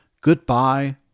Goodbye